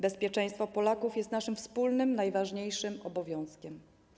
Bezpieczeństwo Polaków jest naszym wspólnym najważniejszym obowiązkiem.